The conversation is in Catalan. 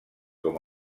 com